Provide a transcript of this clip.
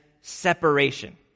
separation